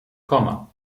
komma